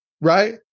Right